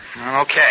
Okay